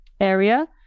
area